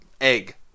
egg